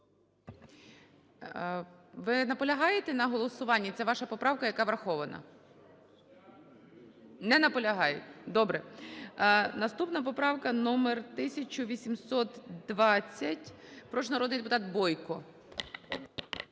Ви наполягаєте на голосуванні? Це ваша поправка, яка врахована. Не наполягаєте. Добре. Наступна поправка номер 1820. Прошу, народний депутат Бойко.